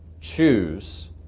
choose